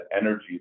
energy